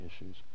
issues